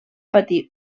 patir